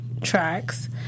tracks